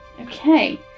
Okay